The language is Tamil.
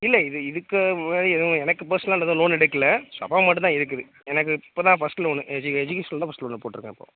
இல்லை இது இதுக்கு முன்னாடி எதுவும் எனக்கு பர்ஸ்னலாக எதுவும் லோன் எடுக்கலை அப்பாவுக்கு மட்டும்தான் இருக்குது எனக்கு இப்போ தான் ஃபஸ்ட்டு லோனு எஜுகேஷன் தான் ஃபஸ்ட் லோன்னாக போட்டுருக்கேன் இப்போது